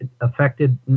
affected